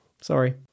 Sorry